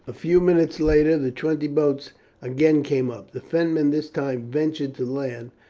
a few minutes later the twenty boats again came up. the fenmen this time ventured to land,